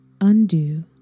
undo